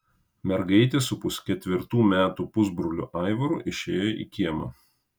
mergaitė su pusketvirtų metų pusbroliu aivaru išėjo į kiemą